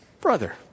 brother